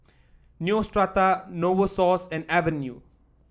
Neostrata Novosource and Avene